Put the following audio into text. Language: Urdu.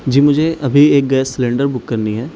جی مجھے ابھی ایک گیس سلینڈر بک کرنی ہے